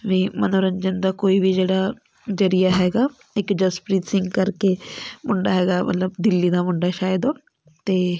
ਵੀ ਮੰਨੋਰੰਜਨ ਦਾ ਕੋਈ ਵੀ ਜਿਹੜਾ ਜਰੀਆ ਹੈਗਾ ਇੱਕ ਜਸਪ੍ਰੀਤ ਸਿੰਘ ਕਰਕੇ ਮੁੰਡਾ ਹੈਗਾ ਮਤਲਬ ਦਿੱਲੀ ਦਾ ਮੁੰਡਾ ਸ਼ਾਇਦ ਉਹ ਅਤੇ